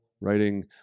writing